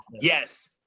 yes